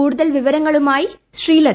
കൂടുതൽ വിവരങ്ങളുമായി ശ്രീലത